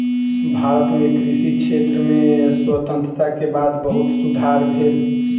भारत मे कृषि क्षेत्र में स्वतंत्रता के बाद बहुत सुधार भेल